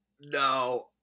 No